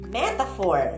metaphor